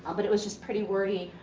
ah but it was just pretty wordy.